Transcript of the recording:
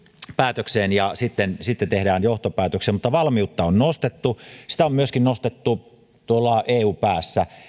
päätökseen sitten sitten tehdään johtopäätöksiä mutta valmiutta on nostettu sitä on myöskin nostettu tuolla eu päässä